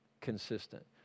consistent